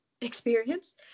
experience